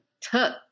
took